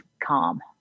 calm